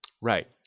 Right